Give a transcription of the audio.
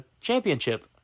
championship